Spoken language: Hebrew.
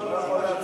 מקובל עלי,